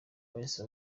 bahise